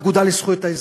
האגודה לזכויות האזרח,